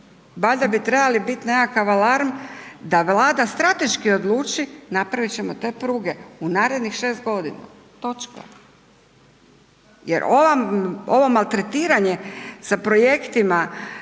valjda trebali biti nekakav alarm da Vlada strateški odluči napravit ćemo te pruge u narednih 6 godina, točka jel ovo maltretiranje sa projektima,